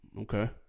Okay